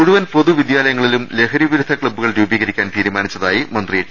മുഴുവൻ പൊതു വിദ്യാലയങ്ങളിലും ലഹരി വിരുദ്ധ ക്ലബ്ബുകൾ രൂപീകരി ക്കാൻ തീരുമാനിച്ചതായി മന്ത്രി ടി